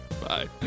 Bye